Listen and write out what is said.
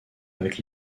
avec